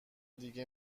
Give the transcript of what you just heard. دیگه